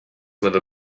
where